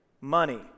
money